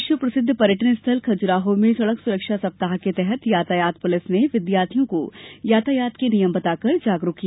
विश्व प्रसिद्ध पर्यटन स्थल खजुराहों में सड़क सुरक्षा सप्ताह के तहत यातायात पुलिस ने विद्यार्थियों को यातायात के नियम बताकर जागरूक किया